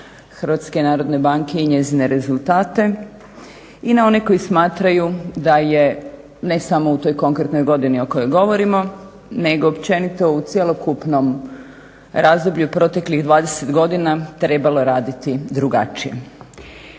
podržavaju rad HNB-a i njezine rezultate i na one koji smatraju da je ne samo u toj konkretnoj godini o kojoj govorimo nego općenito u cjelokupnom razdoblju proteklih 20 godina trebalo raditi drugačije.